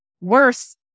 worse